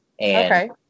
Okay